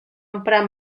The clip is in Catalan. emprar